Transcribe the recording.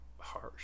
harsh